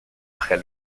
près